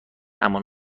اما